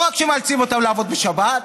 לא רק שמאלצים אותם לעבוד בשבת,